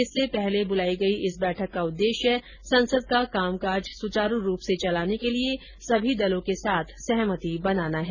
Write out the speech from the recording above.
इससे पहले बुलाई गई इस बैठक का उद्देश्य संसद का कामकाज सुचारू रूप से चलाने के लिए सभी दलों के साथ सहमति बनाना है